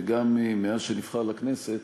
וגם מאז נבחר לכנסת,